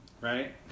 Right